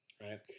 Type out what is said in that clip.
Right